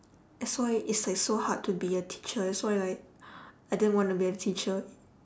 that's why it's like so hard to be a teacher that's why like I didn't wanna be a teacher